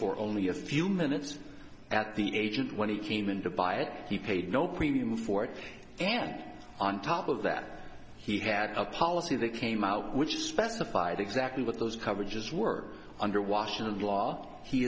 for only a few minutes at the agent when he came in to buy it he paid no premium for it and on top of that he had a policy that came out which specify the exactly what those coverages were under washington law he